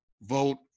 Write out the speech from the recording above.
vote